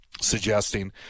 suggesting